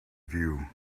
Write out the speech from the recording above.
view